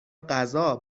غذا